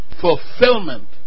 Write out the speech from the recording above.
fulfillment